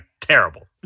terrible